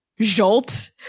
jolt